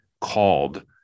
called